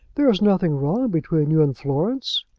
there is nothing wrong between you and florence?